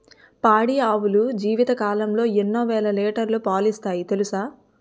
పాడి ఆవులు జీవితకాలంలో ఎన్నో వేల లీటర్లు పాలిస్తాయి తెలుసా